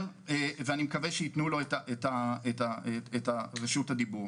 ואני מקווה שייתנו לו את רשות הדיבור.